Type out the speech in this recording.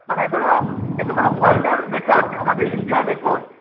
মানে ধরো এটা ধরো ওয়ার্ল্ডের রেকর্ড আমাদের ইন্ডিয়ার রেকর্ড